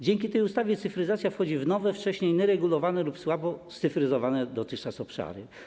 Dzięki tej ustawie cyfryzacja wchodzi w nowe, wcześniej nieregulowane lub słabo scyfryzowane dotychczas obszary.